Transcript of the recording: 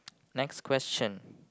next question